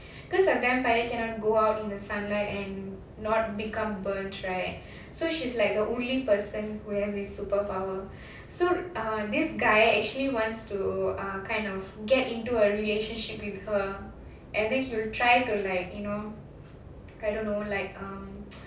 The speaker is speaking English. because a vampire cannot go out in the sunlight and not become burnt right so she's like the only person who has this superpower so err this guy actually wants to ah kind of get into a relationship with her and then he'll try to like you know I don't know like um